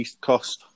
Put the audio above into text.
cost